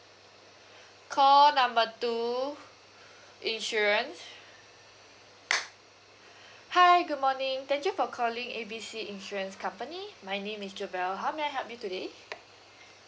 call number two insurance hi good morning thank you for calling A B C insurance company my name is jobelle how may I help you today